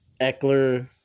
Eckler